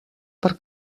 per